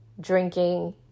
drinking